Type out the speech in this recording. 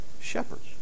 Shepherds